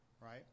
right